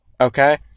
okay